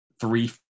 Three